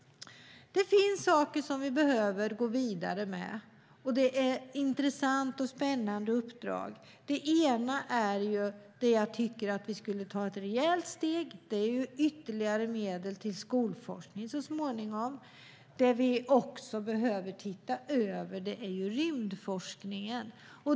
Det finns saker som vi behöver gå vidare med, och det är intressanta och spännande uppdrag. I det ena tycker jag att vi ska ta ett rejält steg, och det är att ge ytterligare medel till skolforskning så småningom. Det vi också behöver titta över är rymdforskningen.